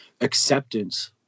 acceptance